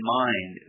mind